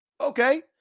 Okay